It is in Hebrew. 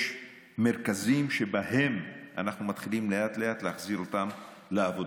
יש מרכזים שבהם אנחנו מתחילים לאט-לאט להחזיר אותן לעבודה.